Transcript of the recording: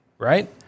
right